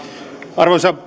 arvoisa